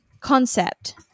concept